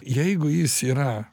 jeigu jis yra